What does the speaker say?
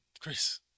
Chris